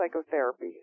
psychotherapy